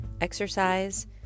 exercise